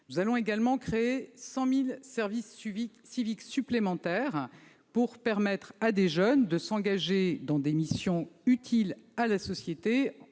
nous créerons 100 000 services civiques supplémentaires, pour permettre à des jeunes de s'engager dans des missions utiles à la société